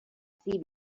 see